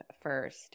first